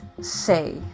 say